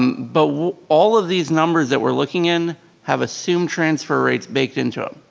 but all of these numbers that we're looking in have assumed transfer rates baked into them.